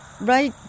right